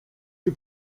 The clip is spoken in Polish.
czy